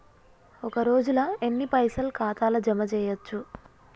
ఒక రోజుల ఎన్ని పైసల్ ఖాతా ల జమ చేయచ్చు?